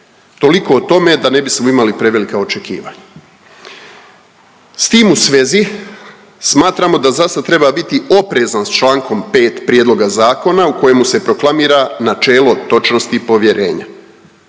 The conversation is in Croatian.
Toliko o tome da ne bismo imali prevelika očekivanja. S tim u svezi smatramo da zasad treba biti oprezan s čl. 5. Prijedloga zakona u kojemu se proklamira načelo točnosti i povjerenja.